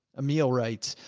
a meal, right?